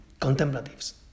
contemplatives